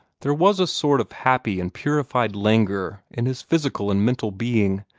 there was a sort of happy and purified languor in his physical and mental being,